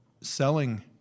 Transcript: selling